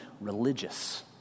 religious